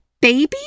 baby